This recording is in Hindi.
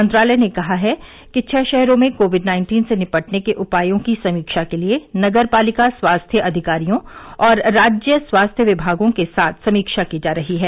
मंत्रालय ने कहा है कि छह शहरों में कोविड नाइन्टीन से निपटने के उपायों की समीक्षा के लिए नगर पालिका स्वास्थ्य अधिकारियों और राज्य स्वास्थ्य विमागों के साथ समीक्षा की जा रही है